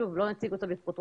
שוב, לא נציג אותה בפרוטרוט.